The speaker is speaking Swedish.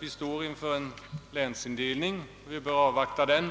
vi står inför en ny länsindelning och bör avvakta den